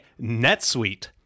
NetSuite